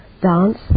dance